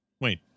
Wait